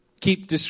Keep